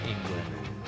England